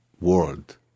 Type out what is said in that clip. world